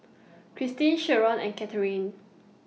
Kristin Sherron and Catharine